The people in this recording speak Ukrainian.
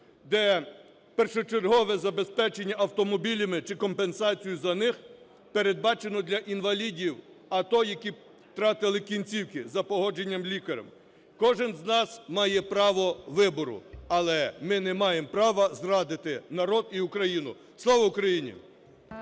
де першочергове забезпечення автомобілями чи компенсацію за них, передбачену для інвалідів АТО, які втратили кінцівки, за погодження лікаря. Кожен з нас має право вибору, але ми не маємо права зрадити народ і Україну. Слава Україні!